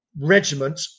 regiment